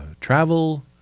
travel